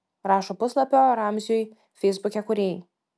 rašo puslapio ramziui feisbuke kūrėjai